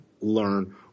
learn